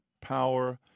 power